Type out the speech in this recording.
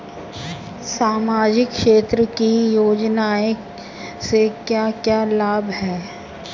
सामाजिक क्षेत्र की योजनाएं से क्या क्या लाभ है?